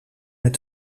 met